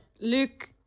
Luke